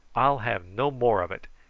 i'll have no more of it.